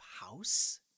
house